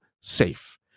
safe